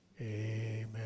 amen